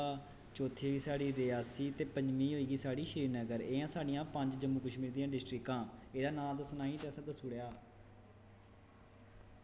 जियां कि पैह्ली होई गेई साढ़ी जम्मू दुई होई गेई साढ़ी उधमपुर त्री होई गेई साढ़ी कठुआ चौत्थी होई गेई रियासी ते पंजमी होई गेई श्रीनगर एह् साढ़ियां पंज जम्मू कश्मीर दियां डिस्टकां एह्दा नांम दस्सना हा ते असैं दस्सी ओड़ेआ